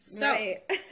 Right